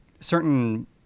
certain